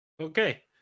Okay